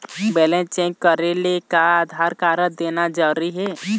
Balance check करेले का Aadhaar card देना जरूरी हे?